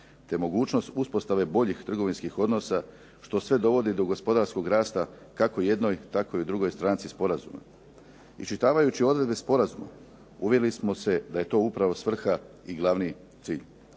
te mogućnost uspostave boljih trgovinskih odnosa što sve dovodi do gospodarskog rasta kako jednoj tako i drugoj stranci sporazuma. Iščitavajući odredbe sporazuma uvjerili smo se da je to upravo svrha i glavni cilj.